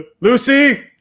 Lucy